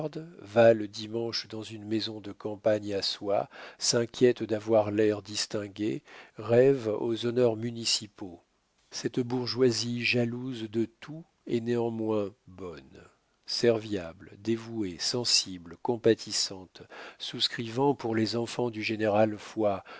va le dimanche dans une maison de campagne à soi s'inquiète d'avoir l'air distingué rêve aux honneurs municipaux cette bourgeoisie jalouse de tout et néanmoins bonne serviable dévouée sensible compatissante souscrivant pour les enfants du général foy